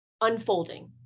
unfolding